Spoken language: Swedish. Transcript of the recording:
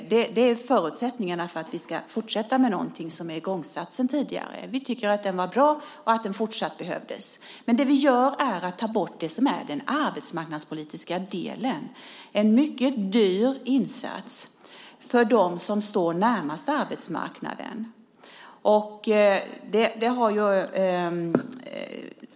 Det är förutsättningen för att vi ska kunna fortsätta med något som är igångsatt sedan tidigare. Vi har tyckt att det var en bra satsning och att den fortsatt behövs. Vi tar bort den arbetsmarknadspolitiska delen, en mycket dyr insats, för dem som står närmast arbetsmarknaden.